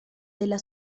della